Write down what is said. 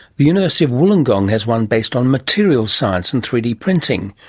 the university of wollongong has one based on materials science and three d printing.